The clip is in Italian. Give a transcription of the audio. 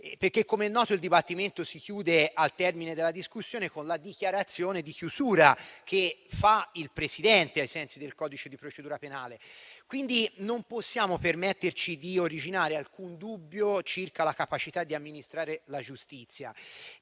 Come è noto, il dibattimento si chiude, al termine della discussione, con la dichiarazione di chiusura che fa il Presidente, ai sensi del codice di procedura penale. Quindi, non possiamo permetterci di originare alcun dubbio circa la capacità di amministrare la giustizia.